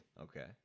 Okay